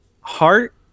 heart